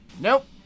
Nope